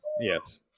Yes